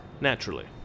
Naturally